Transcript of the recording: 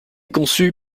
conçue